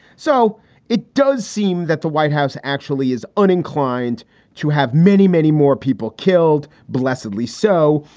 so it does seem that the white house actually is un inclined to have many, many more people killed, blessedly so.